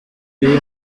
duhe